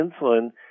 insulin